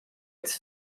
its